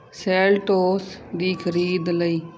Seltos ਦੀ ਖਰੀਦ ਲਈ